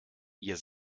ihr